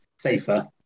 safer